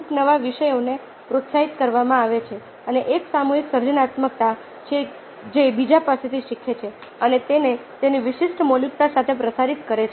અમુક નવા વિષયોને પ્રોત્સાહિત કરવામાં આવે છે અને એક સામૂહિક સર્જનાત્મકતા છે જે બીજા પાસેથી શીખે છે અને તેને તેની વિશિષ્ટ મૌલિકતા સાથે પ્રસારિત કરે છે